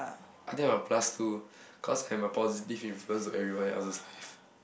I think I will plus two cause have a positive influence to everyone else's life